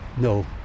No